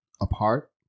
apart